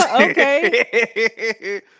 okay